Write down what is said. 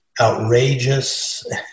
outrageous